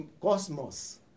cosmos